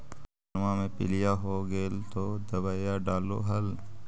धनमा मे पीलिया हो गेल तो दबैया डालो हल?